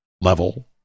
level